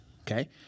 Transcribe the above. okay